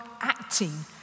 acting